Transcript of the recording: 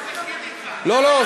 מה הבדל, לא, לא.